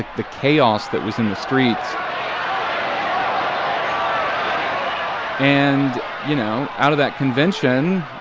the chaos that was in the streets um and, you know, out of that convention,